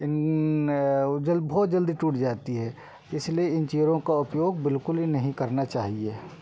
इन बहुत जल्दी टूट जाती है इसलिए इन चेयरों का उपयोग बिल्कुल ही नहीं करना चाहिए